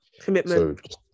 Commitment